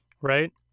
right